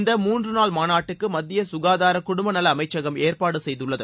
இந்த மூன்று நாள் மநாட்டுக்கு மத்திய சுகாதார குடும்பநல அமைச்சகம் ஏற்பாடு செய்துள்ளது